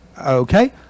Okay